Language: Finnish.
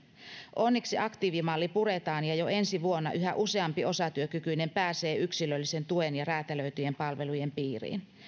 onneksi aktiivimalli puretaan ja jo ensi vuonna yhä useampi osatyökykyinen pääsee yksilöllisen tuen ja räätälöityjen palvelujen piiriin